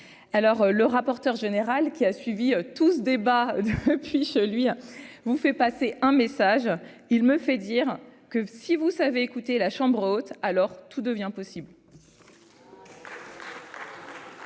alors le rapporteur général qui a suivi tout ce débat, puis je lui vous fait passer un message, il me fait dire que si vous savez écouter la chambre haute, alors tout devient possible.